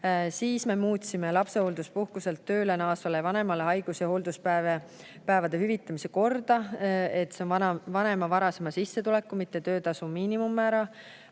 Me muutsime lapsehoolduspuhkuselt tööle naasvale vanemale haigus- ja hoolduspäevade hüvitamise korda. See on nüüd vanema varasema sissetuleku, mitte töötasu miinimummäära